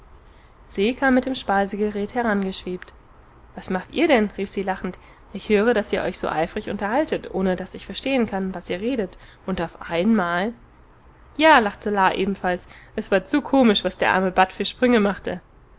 se kam mit dem speisegerät herangeschwebt was macht ihr denn rief sie lachend ich höre daß ihr euch so eifrig unterhaltet ohne daß ich verstehen kann was ihr redet und auf einmal ja lachte la ebenfalls es war zu komisch was der arme bat für sprünge machte